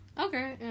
okay